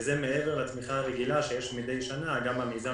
וזה מעבר לתמיכה הרגילה שיש מדי שנה גם בביטחון